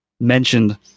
mentioned